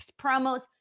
promos